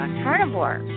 carnivore